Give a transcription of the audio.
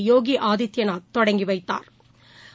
யோகி ஆதித்யநாத் தொடங்கி வைத்தாா்